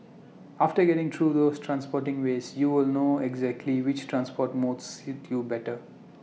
after getting through those transporting ways you will know exactly which transport modes suit you better